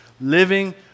living